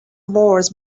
words